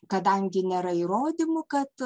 kadangi nėra įrodymų kad